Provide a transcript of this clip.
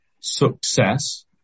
success